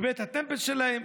בבית הטמפל שלהם.